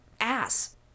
ass